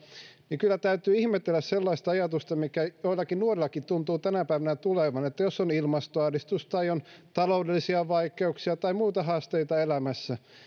niin kyllä täytyy ihmetellä sellaista ajatusta mikä joillekin nuorille tuntuu tänä päivänä tulevan että jos on ilmastoahdistusta taloudellisia vaikeuksia tai muita haasteita elämässä